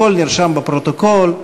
הכול נרשם בפרוטוקול,